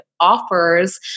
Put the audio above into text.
offers